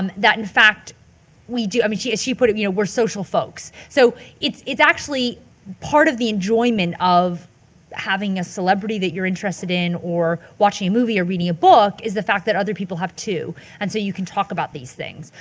um that in fact we do, i mean she, as she put it, you know we're social folks. so it's-it's actually part of the enjoyment of having a celebrity that you're interested in or watching a movie or reading a book, is the fact that other people have too and so you can talk about these things.